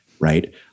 right